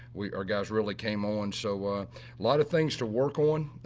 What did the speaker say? we our guys really came on so a lot of things to work on.